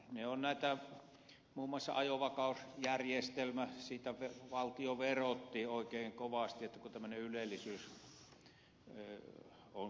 ne on näitä kuten muun muassa ajovakausjärjestelmä siitä valtio verotti oikein kovasti kun tämmöinen ylellisyys on kuin tämmöinen ajovakausjärjestelmä